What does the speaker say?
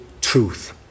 truth